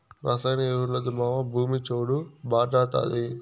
రసాయన ఎరువులొద్దు మావా, భూమి చౌడు భార్డాతాది